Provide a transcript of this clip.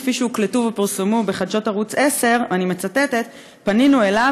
כפי שהוקלטו ופורסמו בחדשות ערוץ 10. ואני מצטטת: פנינו אליו,